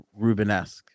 Rubenesque